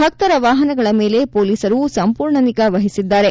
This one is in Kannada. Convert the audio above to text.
ಭಕ್ತರ ವಾಹನಗಳ ಮೇಲೆ ಪೊಲೀಸರು ಸಂಪೂರ್ಣ ನಿಗಾ ವಹಿಸಿದ್ದಾರೆ